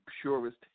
purest